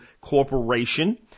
Corporation